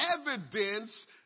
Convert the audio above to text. evidence